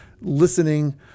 listening